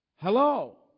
hello